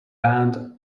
band